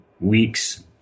weeks